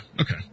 Okay